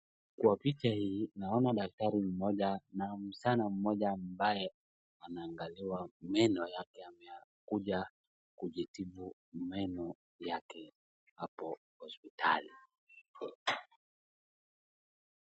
Naona daktari mmoja na msichana mmoja ambaye ameangaliwa meno yake yameyakuja kujitibu meno yake hapo hospitali.